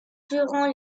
durant